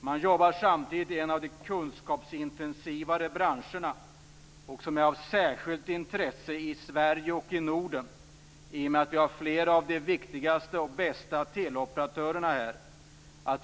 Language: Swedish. Telia jobbar samtidigt i en av de mer kunskapsintensiva branscherna, som är av särskilt intresse i Sverige och Norden i och med att flera av de viktigaste och bästa teleoperatörerna finns här.